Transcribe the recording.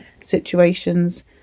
situations